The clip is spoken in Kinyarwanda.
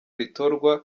ritorwa